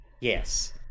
Yes